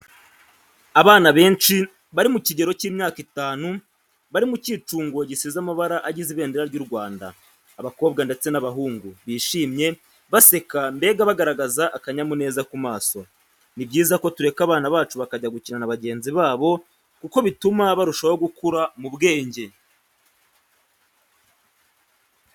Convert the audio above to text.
Abana benshi bari mu kigero cy'imyaka itanu, bari mu cyicungo gisize amabara agize ibendera ry'u Rwanda, abakobwa ndetse n'abahungu, bishimye, baseka mbega bagaragaza akanyamuneza ku maso. Ni byiza ko tureka abana bacu bakajya gukina na bagenzi babo kuko bituma barushaho gukura mu bwenge.